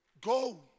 go